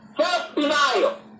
self-denial